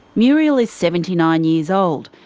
muriel is seventy nine years old,